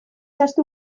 ahaztu